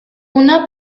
una